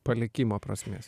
palikimo prasmės